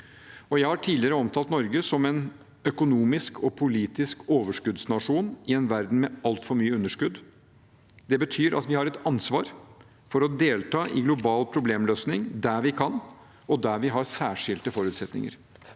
Jeg har tidligere omtalt Norge som «en økonomisk og politisk overskuddsnasjon i en verden med altfor mye underskudd». Det betyr at vi har et ansvar for å delta i global problemløsning der vi kan, og der vi har særskilte forutsetninger